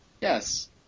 Yes